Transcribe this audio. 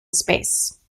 space